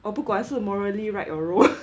我不管是 morally right or no